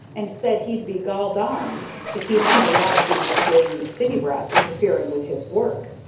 and said he'd be gol darned if he'd have a lot of these danged city brats interfering with his work.